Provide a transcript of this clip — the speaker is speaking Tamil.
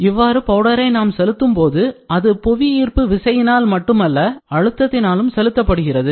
எனவே பவுடரை நாம் செலுத்தும் போது அது புவியீர்ப்பு விசையினால் மட்டுமல்ல அழுத்தத்தினாலும் செலுத்தப்படுகிறது